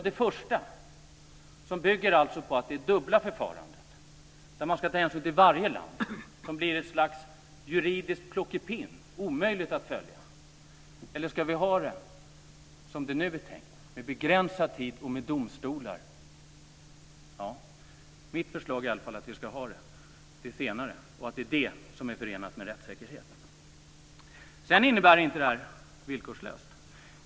Det första systemet bygger på dubblering och att man ska ta hänsyn till varje land. Det blir ett slags juridiskt plockepinn, omöjligt att följa. Ska vi i stället ha det som det nu är tänkt, med begränsad tid i häkte och domstolar som avgör? Mitt förslag är att vi ska välja det senare förslaget. Det är det som är förenat med rättssäkerhet. Systemet ska inte vara villkorslöst.